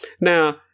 Now